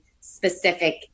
specific